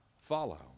follow